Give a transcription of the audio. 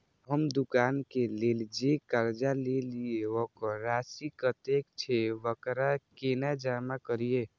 हम दुकान के लेल जे कर्जा लेलिए वकर राशि कतेक छे वकरा केना जमा करिए?